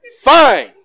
Fine